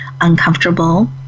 uncomfortable